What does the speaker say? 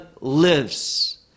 lives